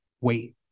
wait